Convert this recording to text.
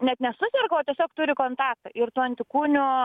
net nesuperga o tiesiog turi kontaktą ir tų antikūnių